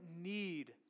need